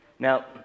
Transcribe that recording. Now